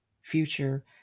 future